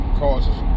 causes